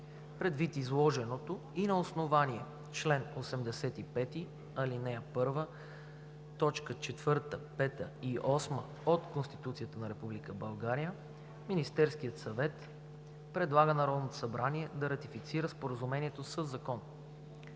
Предвид изложеното и на основание чл. 85, ал. 1, т. 4, 5 и 8 от Конституцията на Република България, Министерският съвет предлага на Народното събрание да ратифицира Споразумението със закон.